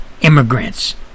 immigrants